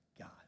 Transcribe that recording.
God